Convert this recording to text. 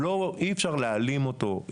אי אפשר להעלים אותו,